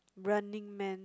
Running Man